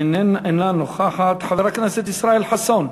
אינה נוכחת, חבר הכנסת ישראל חסון,